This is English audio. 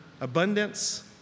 abundance